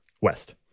West